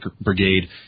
brigade